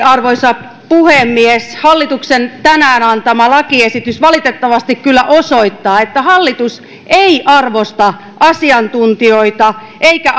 arvoisa puhemies hallituksen tänään antama lakiesitys kyllä valitettavasti osoittaa että hallitus ei arvosta asiantuntijoita eikä